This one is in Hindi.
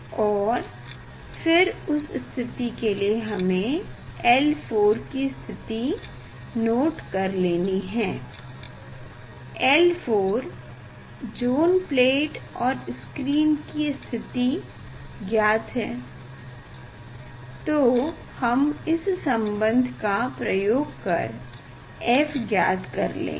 और फिर उस स्थिति के लिए हमे L4 की स्थिति नोट कर लेनी है L4 ज़ोन प्लेट और स्क्रीन की स्थिति ज्ञात है तो हम इस संबंध का प्रयोग कर f ज्ञात कर लेंगे